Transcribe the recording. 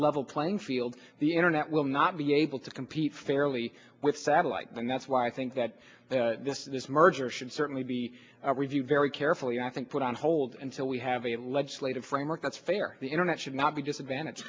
level playing field the internet will not be able to compete fairly with satellite and that's why i think that this is a merger should certainly be reviewed very carefully i think put on hold until we have a legislative framework that's fair the internet should not be disadvantaged